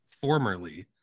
formerly